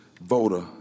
voter